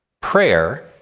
prayer